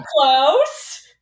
close